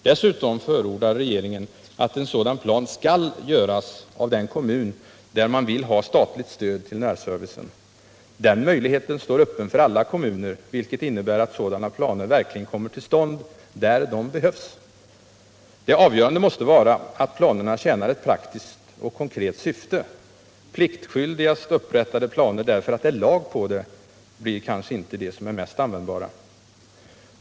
Dessutom förordar regeringen att en sådan plan skall göras av den kommun där man vill ha statligt stöd till närservicen. Den möjligheten står öppen för alla kommuner, vilket innebär att sådana planer verkligen kommer till stånd där de behövs! Det avgörande måste vara att planerna tjänar ett praktiskt och konkret syfte. Pliktskyldigast upprättade planer, därför att ”det är lag på det”, blir kanske inte de mest användbara.